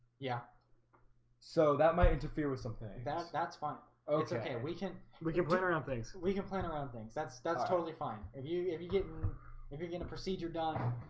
yeah so that might interfere with something, that's that's fun. oh, it's okay. we can we can bring around things we can plan around things that's that's totally fine. if you if you get if you're gonna proceed you're done